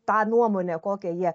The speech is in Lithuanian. tą nuomonę kokią jie